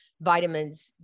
vitamins